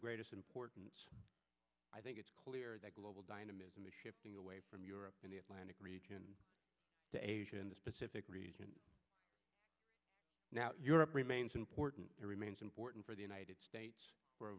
greatest importance i think it's clear that global dynamism is shifting away from europe and the atlantic region to asia in the specific region now europe remains important it remains important for the united states for a